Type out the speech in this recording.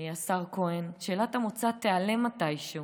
השר כהן, תיעלם מתישהו,